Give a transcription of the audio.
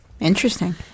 Interesting